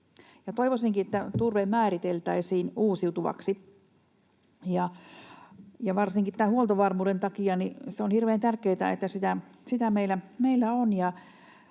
toivoisinkin, että turve määriteltäisiin uusiutuvaksi. Varsinkin tämän huoltovarmuuden takia on hirveän tärkeätä, että sitä meillä on.